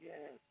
Yes